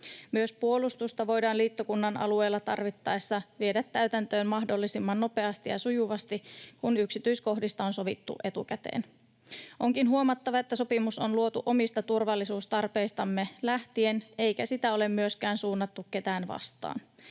Myös puolustusta voidaan liittokunnan alueella tarvittaessa viedä täytäntöön mahdollisimman nopeasti ja sujuvasti, kun yksityiskohdista on sovittu etukäteen. Onkin huomattava, että sopimus on luotu omista turvallisuustarpeistamme lähtien eikä sitä ole myöskään suunnattu ketään vastaan.